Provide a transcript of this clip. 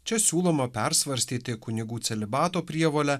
čia siūloma persvarstyti kunigų celibato prievolę